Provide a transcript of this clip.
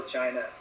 China